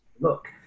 look